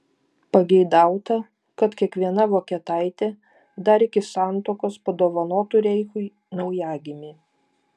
pageidauta kad kiekviena vokietaitė dar iki santuokos padovanotų reichui naujagimį